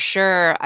sure